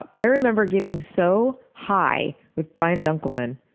ah i remember getting so high with brian dunkelman.